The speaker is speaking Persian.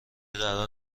قرار